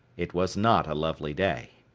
it was not a lovely day.